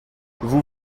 vous